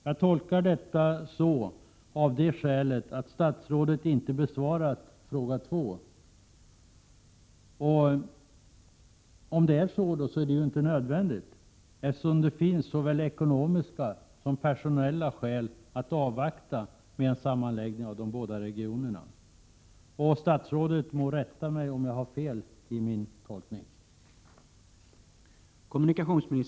Jag tolkar svaret så av det skälet att statsrådet inte har besvarat min andra fråga i interpellationen. Något svar på denna är tydligen inte nödvändigt, eftersom det finns såväl ekonomiska som personella skäl att avvakta med en sammanläggning av de båda regionerna. Statsrådet må rätta mig om jag har fel i min tolkning.